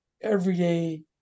everyday